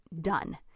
done